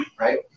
right